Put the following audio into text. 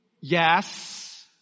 yes